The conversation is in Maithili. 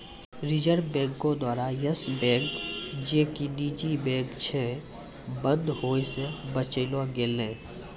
रिजर्व बैंको द्वारा यस बैंक जे कि निजी बैंक छै, बंद होय से बचैलो गेलै